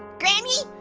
granny,